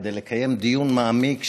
כדי לקיים דיון מעמיק,